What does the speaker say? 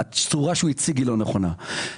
הצורה שהציג לא נכונה.